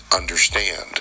understand